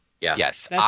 Yes